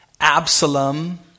Absalom